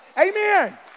Amen